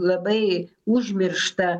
labai užmirštą